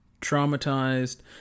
traumatized